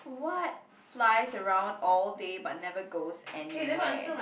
what flies around all day but never goes anywhere